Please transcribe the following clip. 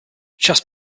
just